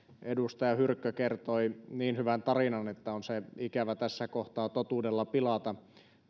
edustaja hyrkkö kertoi niin hyvän tarinan että on se ikävä tässä kohtaa totuudella pilata